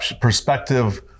perspective